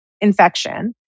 infection